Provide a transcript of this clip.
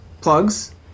Plugs